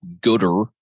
gooder